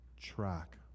track